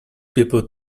people